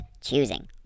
choosing